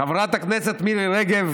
חברת הכנסת מירי רגב